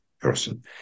person